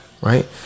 right